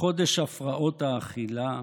חודש הפרעות האכילה?